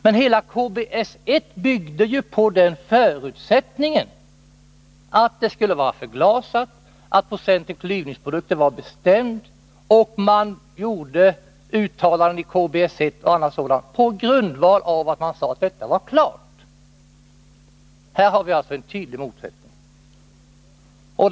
Men hela KBS 1 byggde ju på förutsättningen att det radioaktiva avfallet skulle vara förglasat och att procenthalten klyvningsprodukter var bestämd, och man gjorde uttalanden, bl.a. i KBS 1, på grundval av att detta skulle vara klart. Här har vi alltså en tydlig motsättning.